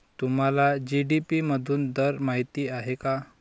तुम्हाला जी.डी.पी मधून दर माहित आहे का?